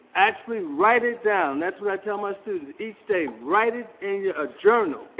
actually write it down. that's what i tell my students. each day write it in your a journal.